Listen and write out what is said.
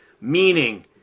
meaning